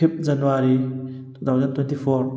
fifth January two thousand twenty four